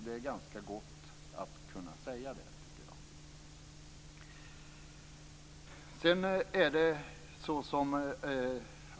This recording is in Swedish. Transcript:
Det är ganska gott att kunna säga det, tycker jag.